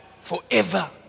forever